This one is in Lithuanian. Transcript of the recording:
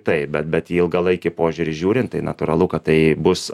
taip bet bet į ilgalaikį požiūrį žiūrint tai natūralu kad tai bus